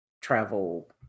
travel